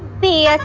be